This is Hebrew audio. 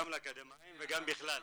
גם לאקדמאים וגם בכלל.